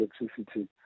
electricity